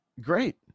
Great